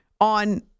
on